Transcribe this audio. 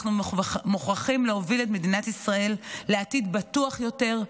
אנחנו מוכרחים להוביל את מדינת ישראל לעתיד בטוח יותר,